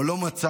או לא מצאנו,